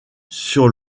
sur